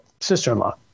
sister-in-law